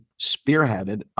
spearheaded